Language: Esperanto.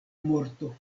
morto